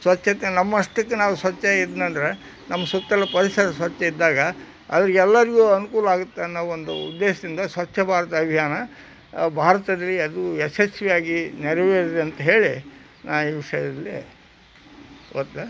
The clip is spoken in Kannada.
ಸ್ವಚ್ಛತೆ ನಮ್ಮಷ್ಟಕ್ಕೆ ನಾವು ಸ್ವಚ್ಛ ಇದ್ನಂದರೆ ನಮ್ಮ ಸುತ್ತಲ ಪರಿಸರ ಸ್ವಚ್ಛ ಇದ್ದಾಗ ಅವ್ರಿಗೆಲ್ಲರ್ಗೂ ಅನುಕೂಲ ಆಗುತ್ತೆ ಅನ್ನೋ ಒಂದು ಉದ್ದೇಶದಿಂದ ಸ್ವಚ್ಛ ಭಾರತ ಅಭಿಯಾನ ಭಾರತದಲ್ಲಿ ಅದು ಯಶಸ್ವಿಯಾಗಿ ನೆರವೇರಿದೆ ಅಂತ ಹೇಳಿ ನಾ ಈ ವಿಷಯದಲ್ಲಿ